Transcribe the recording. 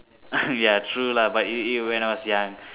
ya true lah but it it when I was young